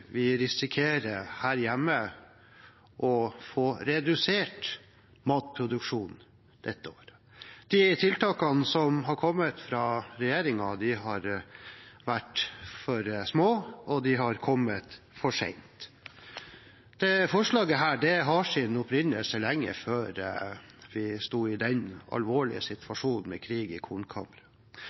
vi her hjemme risikerer å få redusert matproduksjon dette året. De tiltakene som har kommet fra regjeringen, har vært for små, og de har kommet for sent. Dette forslaget har sin opprinnelse lenge før vi sto i den alvorlige situasjonen med krig i